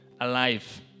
alive